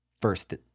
first